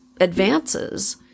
advances